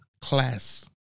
class